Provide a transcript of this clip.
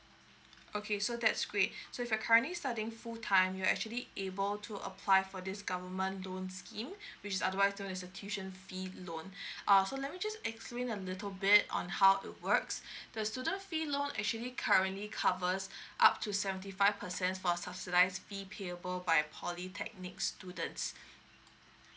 okay so that's great so if you're currently studying full time you're actually able to apply for this government loan scheme which otherwise known as a tuition fee loan uh so let me just explain a little bit on how it works the student fee loan actually currently covers up to seventy five percent for subsidised fee payable by polytechnics students